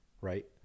right